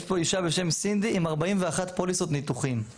יש פה אישה בשם סנדי עם 41 פוליסות ניתוחים,